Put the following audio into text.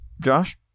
Josh